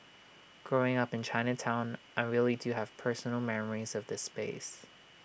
growing up in Chinatown I really do have personal memories of this space